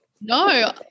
No